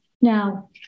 Now